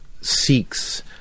seeks